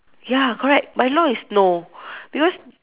ya correct my law is no because